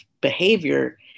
behavior